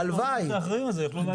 אולי מי שאחראים על זה יוכלו להגיד.